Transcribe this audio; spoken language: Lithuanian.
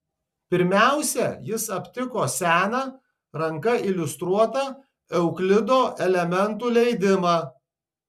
pirmiausia jis aptiko seną ranka iliustruotą euklido elementų leidimą